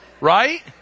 right